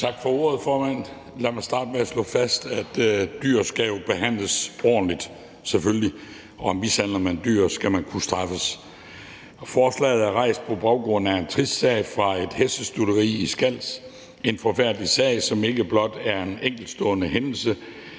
Tak for ordet, formand. Lad mig starte med at slå fast, at dyr skal behandles ordentligt, selvfølgelig, og mishandler man dyr, skal man kunne straffes. Forslaget er fremsat på baggrund af en trist sag fra et hestestutteri i Skals – en forfærdelig sag, som ikke blot er en enkeltstående hændelse.